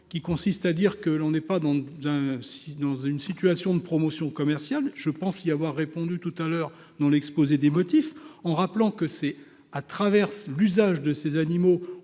qui consiste à dire que l'on n'est pas dans d'un si dans une situation de promotion commerciale je pense y avoir répondu tout à l'heure dans l'exposé des motifs en rappelant que c'est ah traverse l'usage de ces animaux